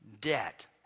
debt